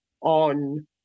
on